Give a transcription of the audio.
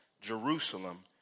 Jerusalem